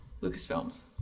Lucasfilms